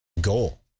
goal